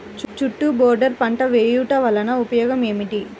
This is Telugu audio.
చుట్టూ బోర్డర్ పంట వేయుట వలన ఉపయోగం ఏమిటి?